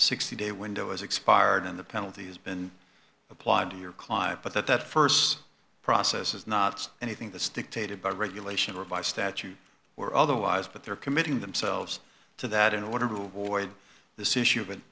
sixty day window as expired and the penalty has been applied to your client but that that st process is not anything that's dictated by regulation or by statute or otherwise but they're committing themselves to that in order to avoid this issue of an